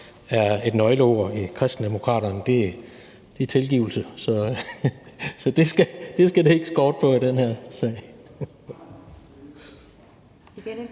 er et nøgleord hos Kristendemokraterne tilgivelse. Så det skal det ikke skorte på i den her sag.